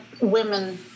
women